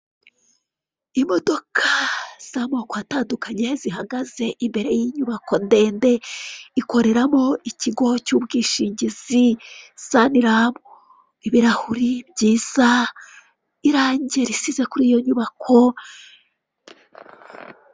Imodoka z'amako atandukanye zihagaze imbere y'inyubako ndende ikoreramo ikigo cy'ubwishingizi Sanlam, ibirahure byiza n'irangi risize kuri iyo nyubako.